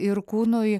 ir kūnui